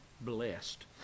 blessed